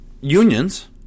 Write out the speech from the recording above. Unions